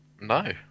no